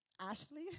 Ashley